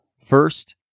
First